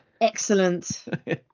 excellent